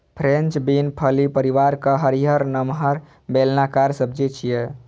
French bean फली परिवारक हरियर, नमहर, बेलनाकार सब्जी छियै